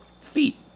feet